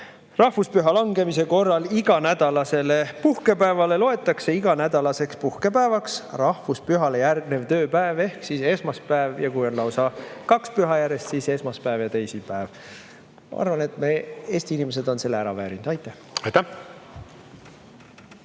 rahvuspüha langemise korral iganädalasele puhkepäevale loetakse iganädalaseks puhkepäevaks rahvuspühale järgnev tööpäev ehk siis esmaspäev. Ja kui on lausa kaks pühadepäeva järjest, siis esmaspäev ja teisipäev. Ma arvan, et Eesti inimesed on selle ära teeninud. Aitäh!